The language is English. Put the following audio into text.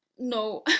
no